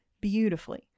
beautifully